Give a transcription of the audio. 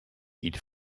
ils